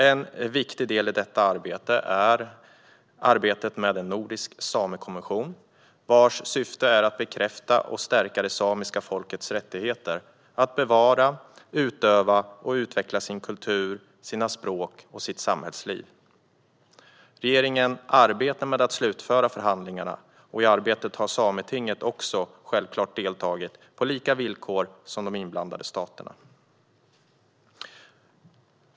En viktig del i detta arbete är arbetet med en nordisk samekonvention, vars syfte är att bekräfta och stärka det samiska folkets rättigheter att bevara, utöva och utveckla sin kultur, sina språk och sitt samhällsliv. Regeringen arbetar med att slutföra förhandlingarna. I arbetet har Sametinget såklart också deltagit, på samma villkor som de inblandade staterna.